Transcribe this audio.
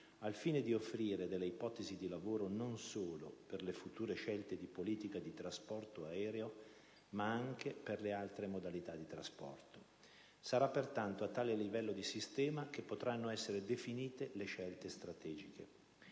al fine di offrire delle ipotesi di lavoro non solo per le future scelte di politica di trasporto aereo ma anche per le altre modalità di trasporto. Sarà pertanto a tale livello di sistema che potranno essere definite le scelte strategiche.